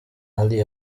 ali